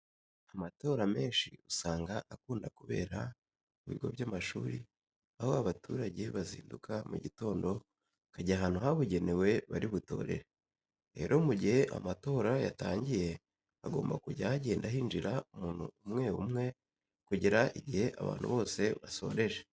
Amatora menshi usanga akunda kubera mu bigo by'amashuri, aho abaturage bazinduka mu gitondo bakajya ahantu habugenewe bari butorere. Rero mu gihe amatora yatangiye hagomba kujya hagenda hinjira umuntu umwe umwe kugera igihe abantu bose basoreje.